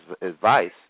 advice